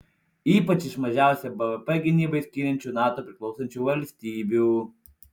ypač iš mažiausią bvp gynybai skiriančių nato priklausančių valstybių